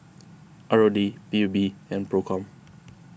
R O D P U B and Procom